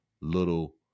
little